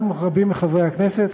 גם רבים מחברי הכנסת,